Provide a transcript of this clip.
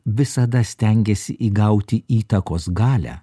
visada stengiasi įgauti įtakos galią